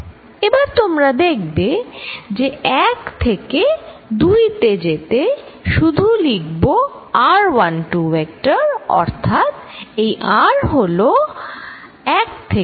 এবার তোমরা দেখবে যে 1 থেকে 2 তে যেতে শুধু লিখব r12 ভেক্টর অর্থাৎ এই r হল 1 থেকে 2 এর দূরত্ব